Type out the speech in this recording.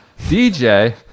DJ